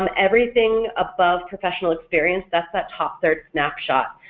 um everything above professional experience, that's that top third snapshot,